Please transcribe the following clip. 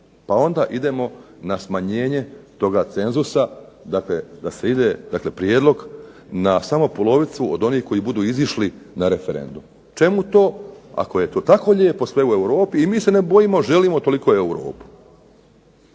pa onda idemo na smanjenje toga cenzusa da ide na prijedlog na samo polovicu onih koji budu izišli na referendum, čemu to, ako je to tako sve lijepo u Europi i mi se ne bojimo, želimo toliko u Europu.